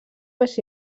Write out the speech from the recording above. més